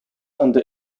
under